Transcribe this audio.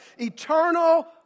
eternal